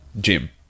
gym